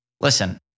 listen